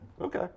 Okay